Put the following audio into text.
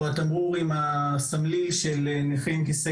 או התמרור עם הסמליל של נכה עם כיסא